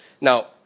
Now